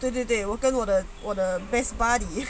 对对对我跟我的我的 best bodies